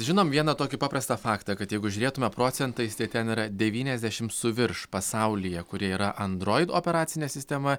žinom vieną tokį paprastą faktą kad jeigu žiūrėtume procentais tai ten yra devyniasdešim su virš pasaulyje kuri yra android operacinė sistema